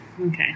okay